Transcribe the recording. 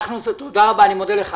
תודה רבה, אני מודה לך.